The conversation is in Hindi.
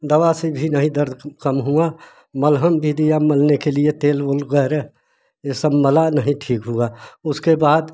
दवा से भी नहीं दर्द कम हुआ मलहम भी दिया मलने के लिए तेल वुल गारहा ये सब मला नहीं ठीक हुआ उसके बाद